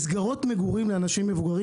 אלה מסגרות מגורים לאנשים מבוגרים.